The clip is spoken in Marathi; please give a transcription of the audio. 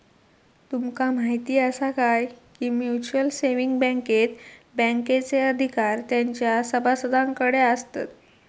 तुमका म्हायती आसा काय, की म्युच्युअल सेविंग बँकेत बँकेचे अधिकार तेंच्या सभासदांकडे आसतत